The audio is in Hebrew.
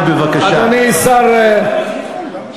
אתה יודע, אדוני היושב-ראש, אני אענה לך.